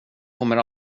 kommer